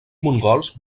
mongols